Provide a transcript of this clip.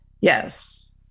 yes